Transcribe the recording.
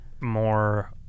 more